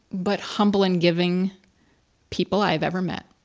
but humble and giving people i've ever met.